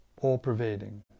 all-pervading